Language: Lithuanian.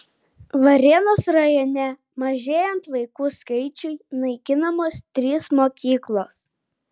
varėnos rajone mažėjant vaikų skaičiui naikinamos trys mokyklos